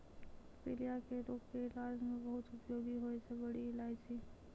पीलिया के रोग के इलाज मॅ बहुत उपयोगी होय छै बड़ी इलायची